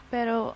Pero